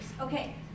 Okay